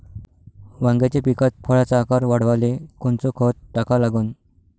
वांग्याच्या पिकात फळाचा आकार वाढवाले कोनचं खत टाका लागन?